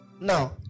Now